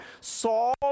Saul